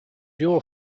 your